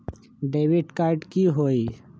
Debit card की होई?